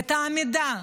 את העמידה.